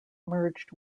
merged